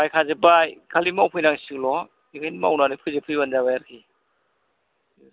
बायखाजोबबाय खालि मावफैनांसिगौल' बेखायनो मावनानै फोजोबफैबानो जाबाय आरोखि